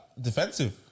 defensive